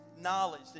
knowledge